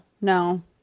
no